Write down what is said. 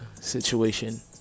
situation